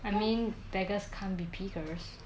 I mean beggars can't be pickers